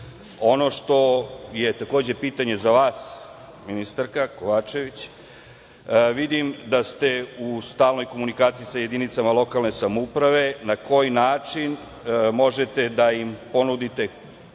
što je pitanje za vas ministarka Kovačević, vidim da ste u stalnoj komunikaciji sa jedinicama lokalne samouprave. Na koji način možete da im ponudite konkretnu